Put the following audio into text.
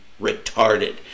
retarded